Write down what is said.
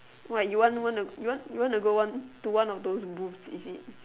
what you want want to you want to you want to one to one of those booth is it